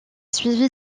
suivi